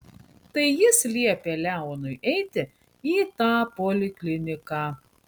tai jis liepė leonui eiti į tą polikliniką